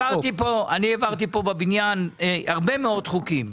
אני העברתי פה בבניין הרבה מאוד חוקים,